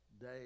day